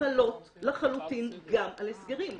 חלות לחלוטין גם על הסגרים,